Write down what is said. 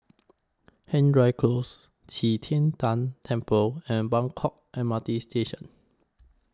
Hendry Close Qi Tian Tan Temple and Buangkok M R T Station